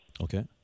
Okay